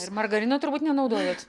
ir margarino turbūt nenaudojat